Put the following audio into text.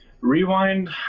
Rewind